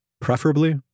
preferably